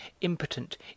impotent